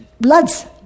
blood's